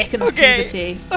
Okay